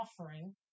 offering